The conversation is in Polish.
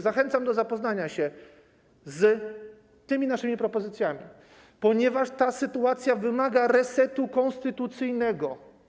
Zachęcam do zapoznania się z naszymi propozycjami, ponieważ ta sytuacja wymaga resetu konstytucyjnego.